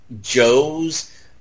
Joe's